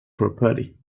properly